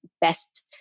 best